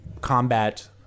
combat